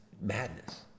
madness